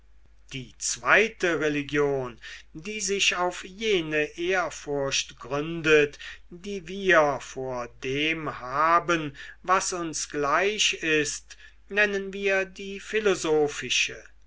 die zweite religion die sich auf jene ehrfurcht gründet die wir vor dem haben was uns gleich ist nennen wir die